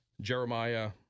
Jeremiah